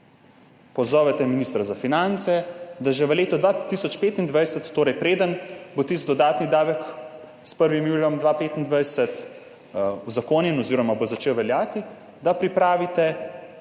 pozovete ministra za finance, da že v letu 2025. Torej preden bo tisti dodatni davek s 1. julijem 2025 uzakonjen oziroma bo začel veljati, da pripravite